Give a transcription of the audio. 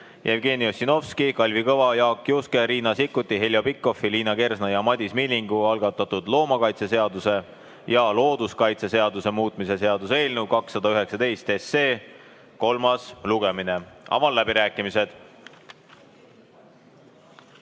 Jevgeni Ossinovski, Kalvi Kõva, Jaak Juske, Riina Sikkuti, Heljo Pikhofi, Liina Kersna ja Madis Millingu algatatud loomakaitseseaduse ja looduskaitseseaduse muutmise seaduse eelnõu 219 kolmas lugemine. Avan läbirääkimised.